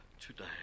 today